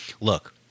Look